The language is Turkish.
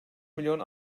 milyon